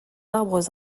arbres